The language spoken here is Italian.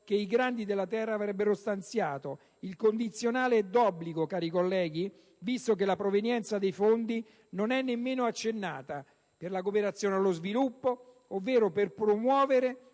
che i grandi della terra avrebbero stanziato - il condizionale è d'obbligo, cari colleghi, se si considera che la provenienza dei fondi non è nemmeno accennata - per la cooperazione allo sviluppo, ovvero per promuovere